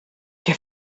què